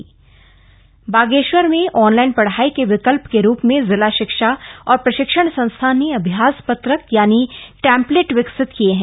template Bageshwar Bageshwar में online पढ़ाई के विकल्प के रूप में जिला शिक्षा और प्रशिक्षण संस्थान ने अभ्यास पत्रक यानी टैम्पलेट विकसित किए हैं